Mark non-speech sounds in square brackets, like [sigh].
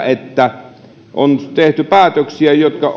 [unintelligible] että tehtiin päätöksiä jotka [unintelligible]